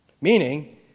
Meaning